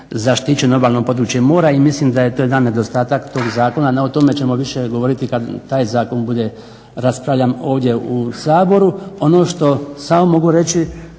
zaštićeno obalno područje mora. I mislim da je to jedan nedostatak tog zakona, no o tome ćemo više govoriti kad taj zakon bude raspravljan ovdje u Saboru. Ono što samo mogu reći